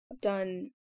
done